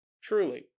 Truly